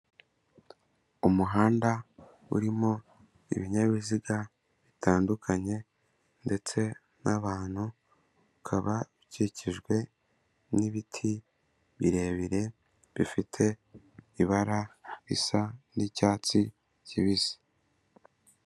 Umuhanda urimo ibinyabiziga bitandukanye ndetse n'abantu, ukaba ukikijwe n'ibiti birebire bifite ibara risa n'icyatsi kibisi.